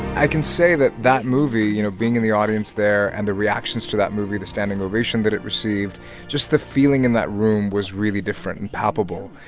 i can say that that movie you know, being in the audience there and the reactions to that movie, the standing ovation that it received just the feeling in that room was really different and palpable.